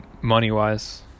money-wise